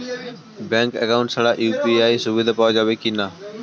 Bank account ছাড়া UPI সুবিধা পাওয়া যাবে কি না?